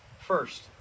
First